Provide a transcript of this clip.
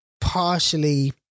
partially